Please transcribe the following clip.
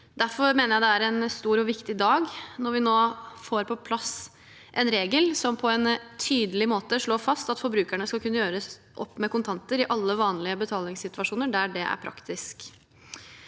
Derfor mener jeg det er en stor og viktig dag når vi nå får på plass en regel som på en tydelig måte slår fast at forbrukerne skal kunne gjøre opp med kontanter i alle vanlige betalingssituasjoner der dette er praktisk.